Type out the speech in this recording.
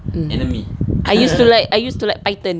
mm I use to like I use to like python